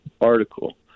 article